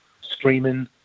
streaming